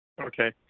Okay